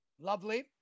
Lovely